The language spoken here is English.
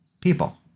people